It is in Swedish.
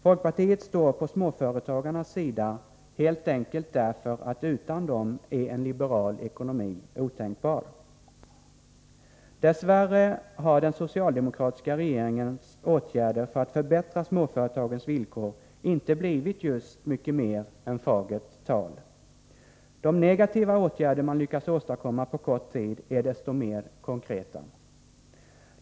Folkpartiet står på småföretagarnas sida, helt enkelt därför att utan dem är en liberal ekonomi otänkbar. Dess värre har den socialdemokratiska regeringens åtgärder för att förbättra småföretagens villkor inte blivit just mycket mer än fagert tal. De negativa åtgärder man lyckats åstadkomma på kort tid är desto mera konkreta.